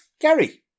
Gary